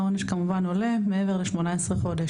העונש כמובן עולה מעבר ל- 18 חודש,